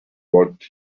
what